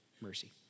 Mercy